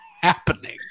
happening